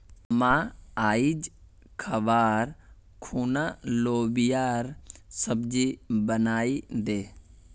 मां, आइज खबार खूना लोबियार सब्जी बनइ दे